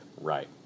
Right